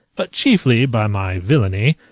but chiefly by my villany,